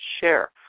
share